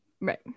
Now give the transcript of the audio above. Right